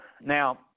Now